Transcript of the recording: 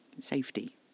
safety